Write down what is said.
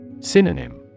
Synonym